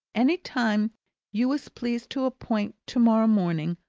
any time you was pleased to appoint to-morrow morning,